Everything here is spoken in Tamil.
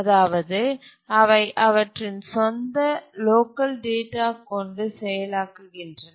அதாவது அவை அவற்றின் சொந்த லோக்கல் டேட்டா கொண்டு செயலாக்குகின்றன